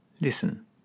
Listen